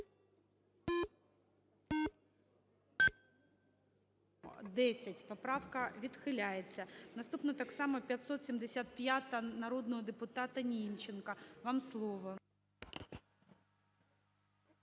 За-10 Поправка відхиляється. Наступна - так само, 575-а, народного депутатаНімченка. Вам слово.